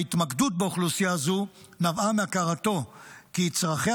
ההתמקדות באוכלוסייה זו נבעה מהכרתו כי צרכיה